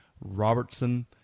Robertson